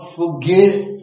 forgive